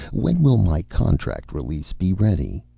when will my contract release be ready?